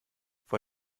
vor